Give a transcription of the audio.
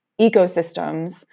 ecosystems